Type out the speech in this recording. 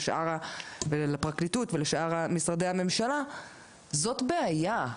לפרקליטות ולשאר משרדי הממשלה זאת בעיה.